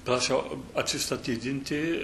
prašiau atsistatydinti